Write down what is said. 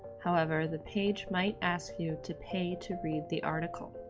however, the page might ask you to pay to read the article.